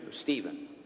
Stephen